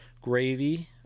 gravy